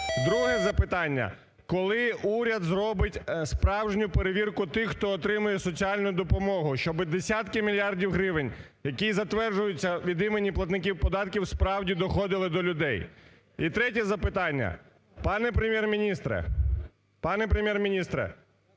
Друге запитання. Коли уряд зробить справжню перевірку тих, хто отримує соціальну допомогу, щоб десятки мільярдів гривень, які затверджуються від імені платників податків, справді, доходили до людей? І третє запитання. Пане Прем'єр-міністре!